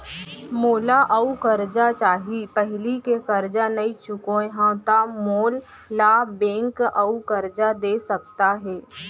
मोला अऊ करजा चाही पहिली के करजा नई चुकोय हव त मोल ला बैंक अऊ करजा दे सकता हे?